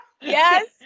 Yes